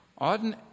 Auden